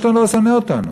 שאתה לא שונא אותנו?